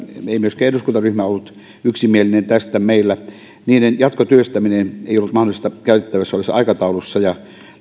myöskään eduskuntaryhmä ollut yksimielinen tästä niiden jatkotyöstäminen ei ollut mahdollista käytettävissä olevassa aikataulussa ja